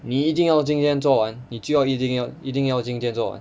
你一定要今天做完你就要一定要一定要今天做完